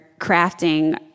crafting